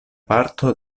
parto